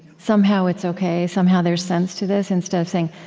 somehow, it's ok. somehow, there's sense to this, instead of saying,